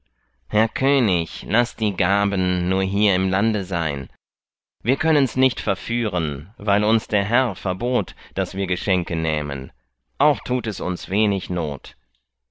herr könig laßt die gaben nur hier im lande sein wir könnens nicht verführen weil uns der herr verbot daß wir geschenke nähmen auch tut es uns wenig not